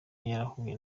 yarahuye